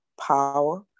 power